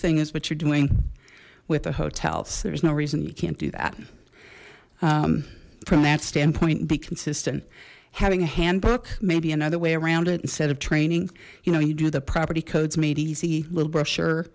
thing as what you're doing with the hotels there's no reason you can't do that from that standpoint and be consistent having a handbook maybe another way around it instead of training you know you do the property codes made easy little br